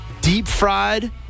Deep-fried